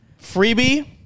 Freebie